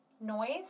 Noise